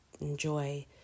enjoy